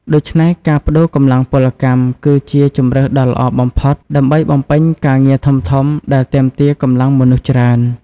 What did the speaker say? ដូច្នេះ ការប្តូរកម្លាំងពលកម្មគឺជាជម្រើសដ៏ល្អបំផុតដើម្បីបំពេញការងារធំៗដែលទាមទារកម្លាំងមនុស្សច្រើន។